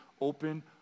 open